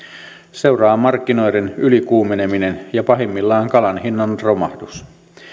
seuraa markkinoiden ylikuumeneminen ja pahimmallaan kalan hinnan romahdus